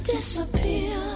disappear